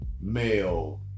male